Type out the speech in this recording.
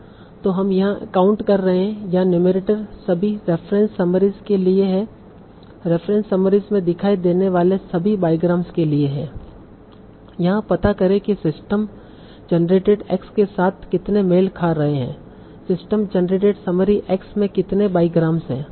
तो हम यहाँ काउंट कर रहे है यहाँ नुमेरटर सभी रेफ़रेंस समरीस के लिए है रेफ़रेंस समरीस में दिखाई देने वाले सभी बाईग्राम्स के लिए है यहाँ पता करें कि सिस्टम जनरेटेड X के साथ कितने मेल खा रहे हैं सिस्टम जनरेटेड समरी x में कितने बाईग्राम्स हैं